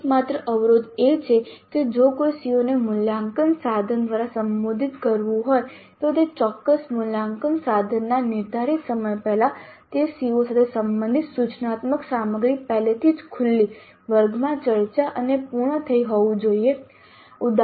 એકમાત્ર અવરોધ એ છે કે જો કોઈ CO ને મૂલ્યાંકન સાધન દ્વારા સંબોધિત કરવું હોય તો તે ચોક્કસ મૂલ્યાંકન સાધનના નિર્ધારિત સમય પહેલા તે CO સાથે સંબંધિત સૂચનાત્મક સામગ્રી પહેલેથી જ ખુલ્લી વર્ગમાં ચર્ચા અને પૂર્ણ થઈ હોવી જોઈએ હોવી જોઈએ